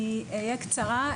אני אהיה קצרה,